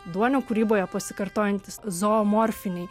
duonio kūryboje pasikartojantys zoomorfiniai